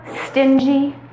stingy